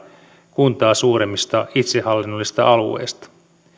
kuntaa suuremmista itsehallinnollisista alueista